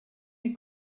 des